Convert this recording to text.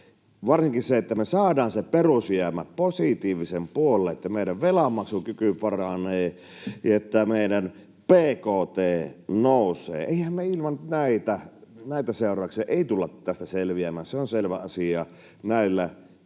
varsinkin se, että me saadaan se perusjäämä positiivisen puolelle, että meidän velanmaksukyky paranee ja että meidän bkt nousee. Eihän me ilman näitä seurauksia tulla tästä selviämään, se on selvä asia, näillä tilanteilla,